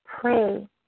pray